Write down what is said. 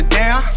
down